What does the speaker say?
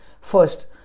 First